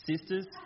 sisters